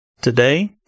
Today